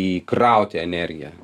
įkrauti energiją